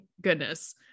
goodness